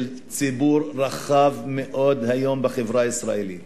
ציבור רחב מאוד היום בחברה הישראלית.